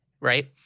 right